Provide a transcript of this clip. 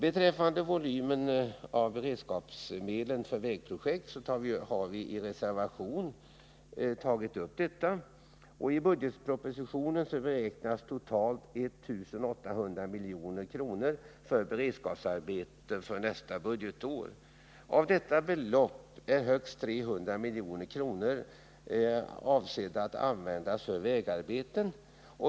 Frågan om volymen av beredskapsmedlen för vägprojekt har vi också tagit uppi en reservation. I budgetpropositionen föreslås totalt 1 800 milj.kr. för beredskapsarbeten under nästa budgetår. Av detta belopp är högst 300 milj.kr. avsedda att användas för vägarbeten.